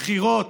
בחירות